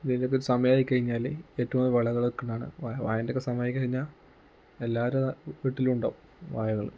ഇതിനൊക്കെ ഒരു സമയമായി കഴിഞ്ഞാൽ ഏറ്റവും വിളകൾ ഒക്കെ ഉണ്ടാകുന്ന വ വാഴേൻ്റെ ഒക്കെ സമയമായി കഴിഞ്ഞാൽ എല്ലാരുടെ വീട്ടിലും ഉണ്ടാകും വാഴകൾ